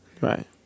Right